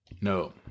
No